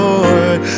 Lord